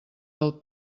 del